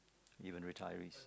even retirees